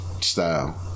style